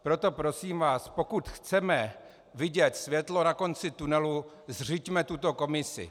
Proto prosím vás, pokud chceme vidět světlo na konci tunelu, zřiďme tuto komisi.